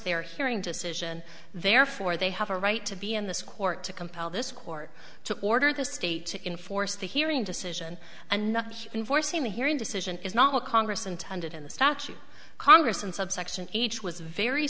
their hearing decision therefore they have a right to be in this court to compel this court to order the state to enforce the hearing decision and not enforcing the hearing decision it's not what congress intended in the statute congress in subsection each was very